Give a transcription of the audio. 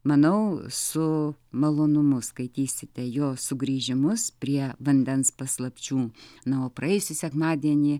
manau su malonumu skaitysite jo sugrįžimus prie vandens paslapčių na o praėjusį sekmadienį